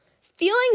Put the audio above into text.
Feelings